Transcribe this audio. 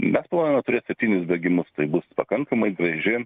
mes planuojame turėt septynis bėgimus tai bus pakankamai graži